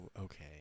okay